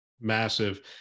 massive